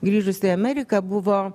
grįžus į ameriką buvo